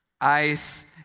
ice